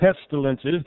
pestilences